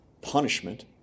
punishment